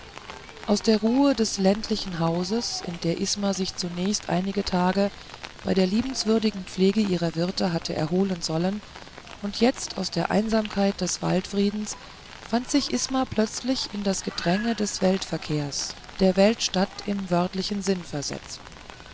aus der ruhe des ländlichen hauses in der isma sich zunächst einige tage bei der liebenswürdigen pflege ihrer wirte hatte erholen sollen und jetzt aus der einsamkeit des waldfriedens fand sich isma plötzlich in das gedränge des weltverkehrs der weltstadt im wörtlichen sinn versetzt